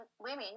women